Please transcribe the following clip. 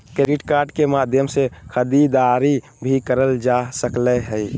credit card के माध्यम से खरीदारी भी कायल जा सकले हें